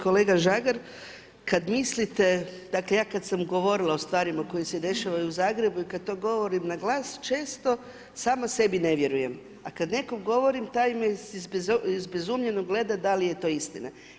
Kolega Žagar kada mislite, dakle ja kada sam govorila o stvarima koji se dešavaju u Zagrebu i kada to govorim na glas, često sama sebi ne vjerujem a kada nekom govorim taj me izbezubljeno gleda da li je to istina.